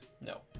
No